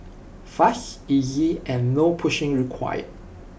fast easy and no pushing required